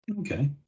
okay